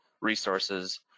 Resources